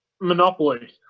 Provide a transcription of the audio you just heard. Monopoly